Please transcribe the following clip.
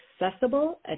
accessible